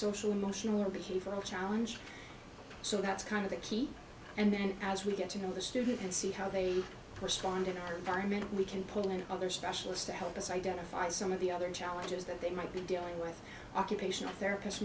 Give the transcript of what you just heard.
social emotional or behavioral challenge so that's kind of the key and then as we get to know the student and see how they responded i mean we can put in another specialist to help us identify some of the other challenges that they might be dealing with occupational therapist